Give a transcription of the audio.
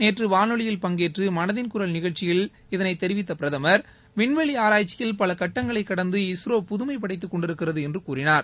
நேற்று வானொலியில் பங்கேற்று மனதின் குரல் நிகழ்ச்சியில் இதனைத் தெரிவித்த பிரதமர் விண்வெளி ஆராய்ச்சியில் பல கட்டங்களைக் கடந்து இஸ்ரோ புதுமை படைத்துக் கொண்டிருக்கிறது என்று கூறினார்